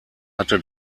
hatte